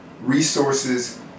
resources